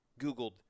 Googled